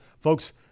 Folks